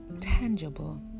tangible